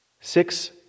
six